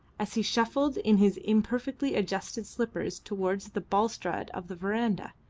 as he shuffled in his imperfectly adjusted slippers towards the balustrade of the verandah.